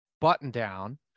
button-down